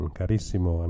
carissimo